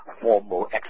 formal